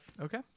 Okay